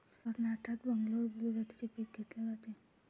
कर्नाटकात बंगलोर ब्लू जातीचे पीक घेतले जाते